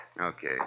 Okay